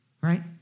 right